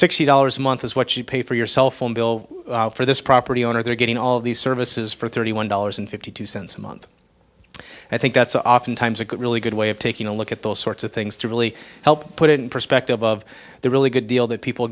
sixty dollars a month is what you pay for your cell phone bill for this property owner they're getting all these services for thirty one dollars and fifty two cents a month and i think that's oftentimes a good really good way of taking a look at those sorts of things to really help put it in perspective of the really good deal that people